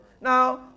Now